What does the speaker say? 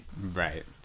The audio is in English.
Right